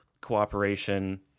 cooperation